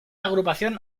agrupación